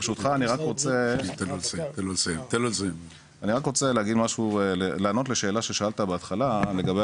ברשותך אני רוצה לענות למה שנשאל בהתחלה לגבי